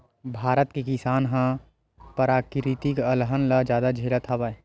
भारत के किसान ह पराकिरितिक अलहन ल जादा झेलत हवय